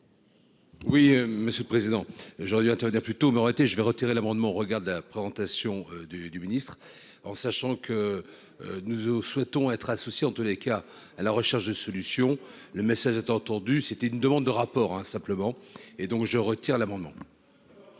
Oui, monsieur le président, j'aurais dû intervenir plus tôt m'été je vais retirer l'amendement regarde la présentation du du ministre en sachant que. Nous au souhaitons être associée en tous les cas à la recherche de solutions. Le message est entendu. C'était une demande de rapport hein simplement. Et donc je retire l'amendement.